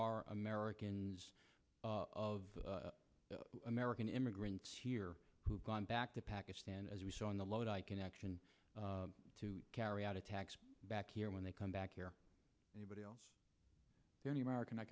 are americans of american immigrant here who have gone back to pakistan as we saw in the lodi connection to carry out attacks back here when they come back here anybody else any american i